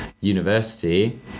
university